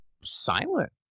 silent